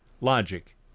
logic